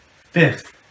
fifth